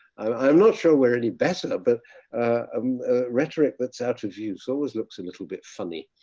i'm not sure we're any better, but um rhetoric that's out view so it looks a little bit funny.